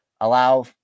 allow